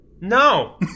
No